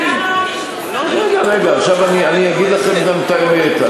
גם את האמת.